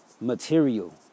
Material